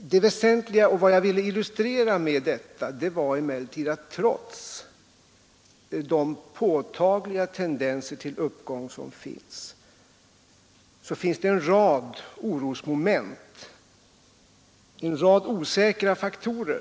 Det väsentliga, och det som jag ville illustrera, var emellertid att trots de påtagliga tendenser till uppgång som nu kan iakttas finns det ändå